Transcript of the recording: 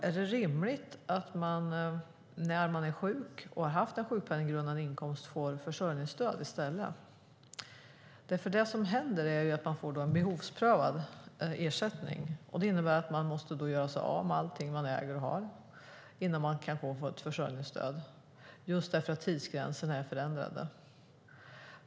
Är det rimligt att man, när man är sjuk och har haft en sjukpenninggrundande inkomst, får försörjningsstöd? Det som händer är att man då får en behovsprövad ersättning. Det innebär att man måste göra sig av med allting man äger och har innan man kan få fullt försörjningsstöd därför att tidsgränserna är förändrade.